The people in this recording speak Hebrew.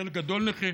חלק גדול נכה,